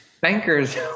bankers